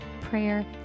prayer